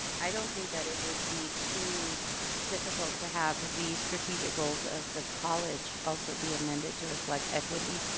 i don't think that it would be too difficult to have these strategicals of the college also be amended to reflect equity.